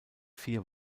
vier